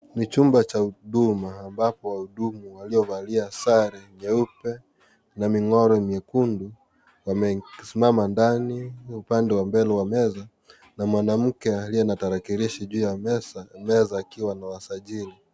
Ni chumba cha huduma ambapo wahudumu waliovalia sare nyeupe na mingaro nyekundu wamesimama ndani upande wa mbele wa meza na mwanamke aliye na tarakilishi juu ya meza akiwa anawasajili.